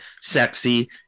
sexy